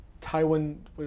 Taiwan